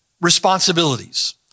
responsibilities